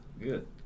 Good